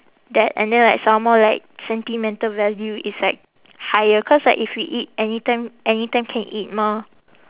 that and then like some more like sentimental value is like higher cause like if we eat anytime anytime can eat mah